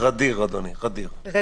אדוני כבוד היושב-ראש,